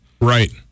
Right